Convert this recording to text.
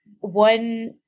one